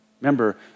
Remember